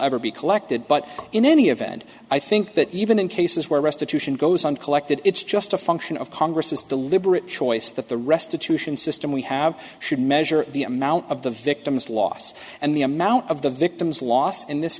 ever be collected but in any event i think that even in cases where restitution goes on collected it's just a function of congress is deliberate choice that the restitution system we have should measure the amount of the victims loss and the amount of the victims lost in this